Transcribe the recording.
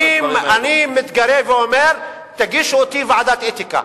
אני מתגרה ואומר שתגישו אותי לוועדת האתיקה.